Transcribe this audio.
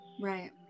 Right